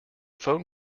phone